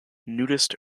nudist